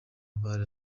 abari